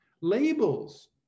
labels